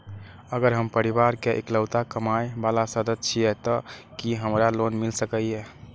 अगर हम परिवार के इकलौता कमाय वाला सदस्य छियै त की हमरा लोन मिल सकीए?